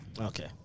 Okay